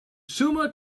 summa